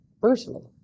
brutally